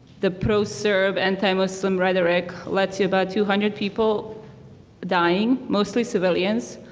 the pro-serb anti-muslim rhetoric led to about two hundred people dying, mostly civilians.